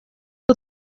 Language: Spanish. sus